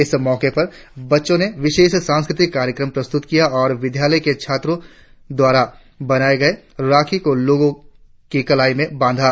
इस मौके पर बच्चों ने विशेष सांस्कृतिक कार्यक्रम प्रस्तुत किया और विद्यालय में छात्र छात्राओं द्वारा बनाए गए राखी को लोगों की कलाई पर बांधा